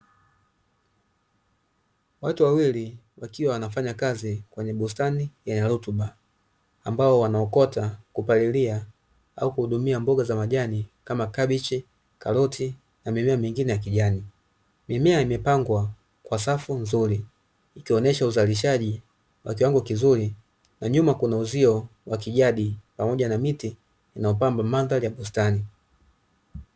Watu wawili wakiwa wanafanya kazi kwenye bustani yenye rutuba, ambao wanaokota, kupalilia au kuhudumia mboga za majani kama kabichi, karoti na mimea mingine ya kijani . Mimea imepangwa kwa safu nzuri ikionyesha uzalishaji wa kiwango kizuri, na nyuma Kuna uzio wa kijadi pamoja na miti inayopamba madhari ya bustani.